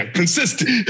consistent